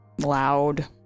loud